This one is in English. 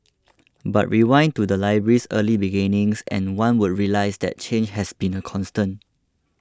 but rewind to the library's early beginnings and one would realise that change has been a constant